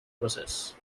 process